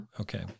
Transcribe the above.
Okay